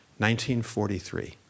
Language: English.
1943